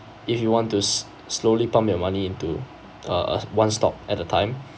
if you want to s~ slowly pump you money into uh uh one stock at a time